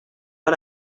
pas